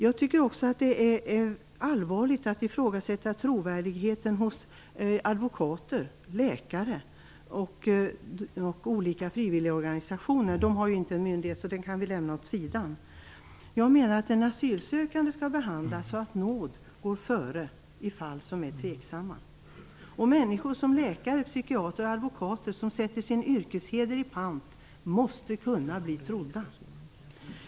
Jag tycker också att det är allvarligt att ifrågasätta trovärdigheten hos advokater, läkare och olika frivilligorganisationer. De lyder inte under en myndighet, så dem kan vi lämna åt sidan. Jag menar att den asylsökande skall behandlas så att nåd går före rätt i tveksamma fall. Läkare, psykiatrer och advokater som sätter sin yrkesheder i pant måste kunna bli trodda.